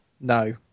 No